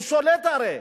הוא שולט הרי,